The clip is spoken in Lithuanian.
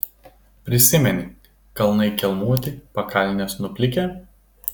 prisimeni kalnai kelmuoti pakalnės nuplikę